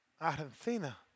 Argentina